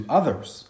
others